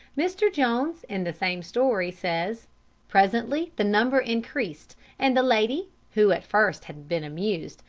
mr. jones, in the same story, says presently the number increased, and the lady, who at first had been amused,